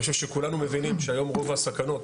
אני חושב שכולנו מבינים שהיום רוב הסכנות